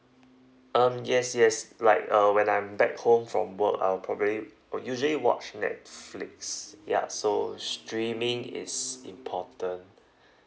um yes yes like uh when I'm back home from work I'll probably usually watch netflix ya so streaming is important